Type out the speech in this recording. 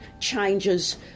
changes